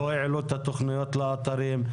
לא העלו את התכניות לאתרים.